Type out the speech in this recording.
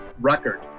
record